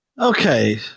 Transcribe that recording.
Okay